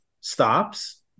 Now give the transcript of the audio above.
stops